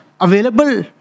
available